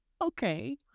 Okay